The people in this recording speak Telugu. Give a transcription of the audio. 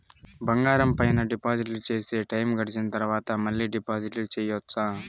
బంగారం పైన డిపాజిట్లు సేస్తే, టైము గడిసిన తరవాత, మళ్ళీ డిపాజిట్లు సెయొచ్చా?